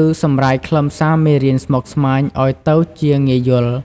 ឬសម្រាយខ្លឹមសារមេរៀនស្មុគស្មាញឲ្យទៅជាងាយយល់។